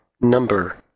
number